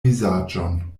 vizaĝon